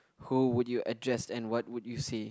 who would you address and what would you say